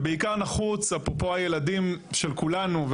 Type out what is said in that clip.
ובעיקר נחוץ אפרופו הילדים של כולנו,